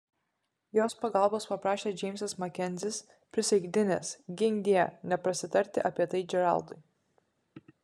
jos pagalbos paprašė džeimsas makenzis prisaikdinęs ginkdie neprasitarti apie tai džeraldui